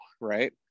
right